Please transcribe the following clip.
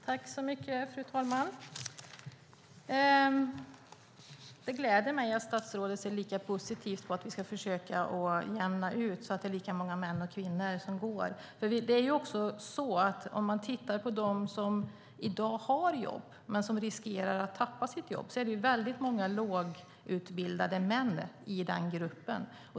Fru talman! Det gläder mig att statsrådet ser lika positivt på att vi ska försöka jämna ut så att det är lika många män och kvinnor som går vuxenutbildningarna, för om man tittar på dem som i dag har jobb men som riskerar att bli av med sitt jobb är det väldigt många lågutbildade män i den gruppen.